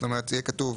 זאת אומרת יהיה כתוב: